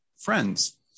friends